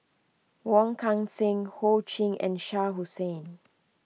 Wong Kan Seng Ho Ching and Shah Hussain